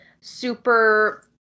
Super